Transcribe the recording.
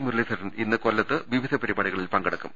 മുരളീധരൻ ഇന്ന് കൊല്ലത്ത് വിവിധ പരിപാടികളിൽ പങ്കെടുക്കും